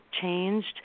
changed